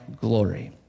glory